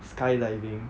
skydiving